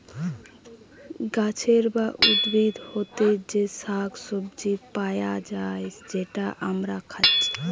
গাছের বা উদ্ভিদ হোতে যে শাক সবজি পায়া যায় যেটা আমরা খাচ্ছি